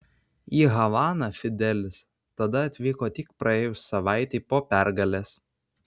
į havaną fidelis tada atvyko tik praėjus savaitei po pergalės